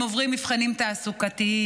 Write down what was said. הם עוברים מבחנים תעסוקתיים,